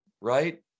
right